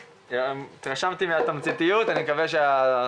הסיגריות האלקטרוניות הפכו להיות שער הכניסה